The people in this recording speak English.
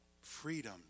Freedom